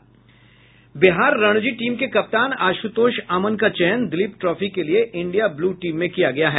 Bihar Ranji team के कप्तान आश्रतोष अमन का चयन दिलीप ट्रॉफी के लिए इंडिया ब्लू टीम में किया गया है